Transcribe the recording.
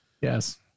Yes